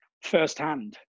firsthand